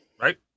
right